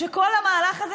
כשכל המהלך הזה,